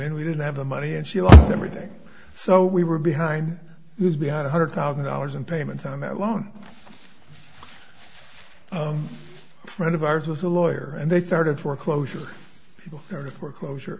in we didn't have the money and she lost everything so we were behind he was behind a hundred thousand dollars in payments on that loan friend of ours was a lawyer and they started foreclosure people started foreclosure